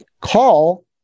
call